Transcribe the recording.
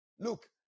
Look